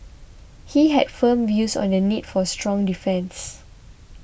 he had firm views on the need for a strong defence